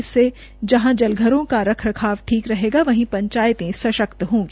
इससे जहां जलघरों का रखरखाव ठीक रहेगा वहीं पंचायतें सशक्त होंगी